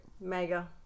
Mega